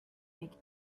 make